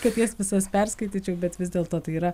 kad jas visas perskaityčiau bet vis dėlto tai yra